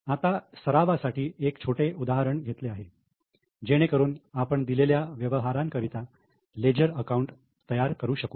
आता सरावासाठी एक छोटे उदाहरण घेतले आहे जेणेकरून आपण दिलेल्या व्यवहारांकरिता लेजर अकाऊंट तयार करू शकू